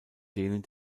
denen